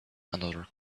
another